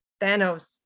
thanos